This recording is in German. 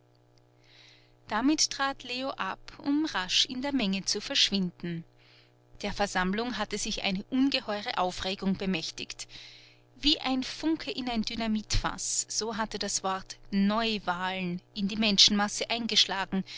damit trat leo ab um rasch in der menge zu verschwinden der versammlung hatte sich eine ungeheure aufregung bemächtigt wie ein funke in ein dynamitfaß so hatte das wort neuwahlen in die menschenmassen eingeschlagen